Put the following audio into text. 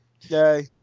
Yay